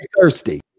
thirsty